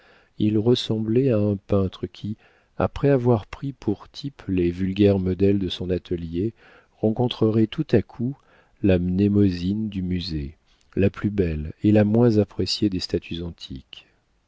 il ressemblait à un peintre qui après avoir pris pour types les vulgaires modèles de son atelier rencontrerait tout à coup la mnémosyne du musée la plus belle et la moins appréciée des statues antiques